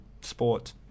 sport